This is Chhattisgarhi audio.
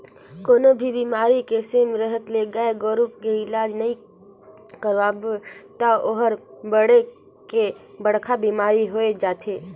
कोनों भी बेमारी के समे रहत ले गाय गोरु के इलाज नइ करवाबे त ओहर बायढ़ के बड़खा बेमारी होय जाथे